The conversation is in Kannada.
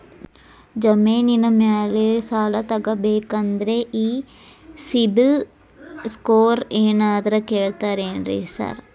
ಜಮೇನಿನ ಮ್ಯಾಲೆ ಸಾಲ ತಗಬೇಕಂದ್ರೆ ಈ ಸಿಬಿಲ್ ಸ್ಕೋರ್ ಏನಾದ್ರ ಕೇಳ್ತಾರ್ ಏನ್ರಿ ಸಾರ್?